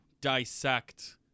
dissect